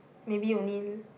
maybe only